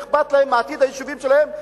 ואכפת להם מעתיד היישובים שלהם,